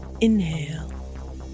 Inhale